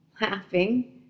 laughing